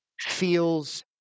feels